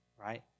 Right